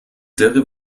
dürre